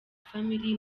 family